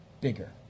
bigger